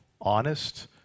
honest